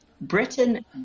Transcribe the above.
Britain